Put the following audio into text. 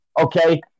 okay